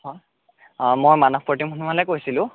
অঁ অঁ মানস প্ৰতীম সোণোৱালে কৈছিলোঁ